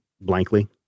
blankly